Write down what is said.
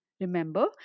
Remember